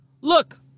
look